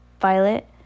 Violet